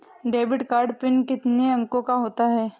Debit card PIN कितने अंकों का होता है?